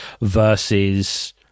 versus